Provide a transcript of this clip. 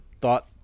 thought